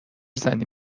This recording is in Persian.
زنی